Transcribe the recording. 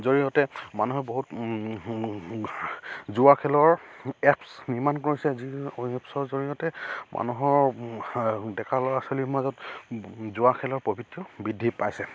জৰিয়তে মানুহে বহুত জুৱা খেলৰ এপছ নিৰ্মাণ কৰিছে যি এপছৰ জৰিয়তে মানুহৰ ডেকা ল'ৰা ছোৱালীৰ মাজত জুৱা খেলৰ প্ৰভৃতিটো বৃদ্ধি পাইছে